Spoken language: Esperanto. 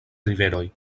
riveroj